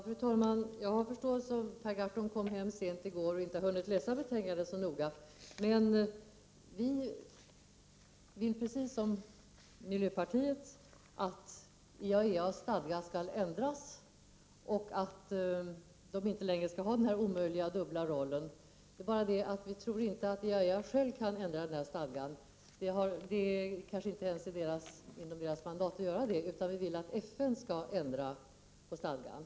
Fru talman! Jag har förståelse för att Per Gahrton kom hem sent i går och inte hunnit läsa betänkandet så noga. Vi vill, precis som miljöpartiet, att IAEA:s stadgar skall ändras och att IAEA inte längre skall ha denna omöjliga dubbla roll. Det är bara det att vi inte tror att IAEA själv kan ändra stadgan. Det ligger kanske inte ens inom IAEA:s mandat att göra det, utan vi vill att FN skall ändra stadgan.